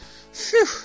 Phew